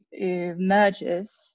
merges